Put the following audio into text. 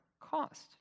cost